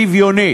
שוויונית.